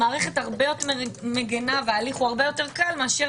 המערכת הרבה יותר מגינה וההליך הוא הרבה יותר קל מאשר